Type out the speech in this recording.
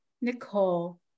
Nicole